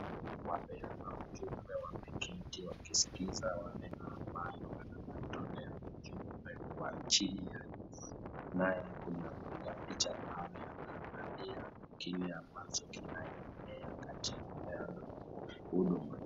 Wapeana ujumbe wameketi wakiskiza wale ambao wanawatolea ujumbe kwa chini naye kuna mpiga picha ambaye anaangalia kile ambacho kinaendelea katika kupeana huduma.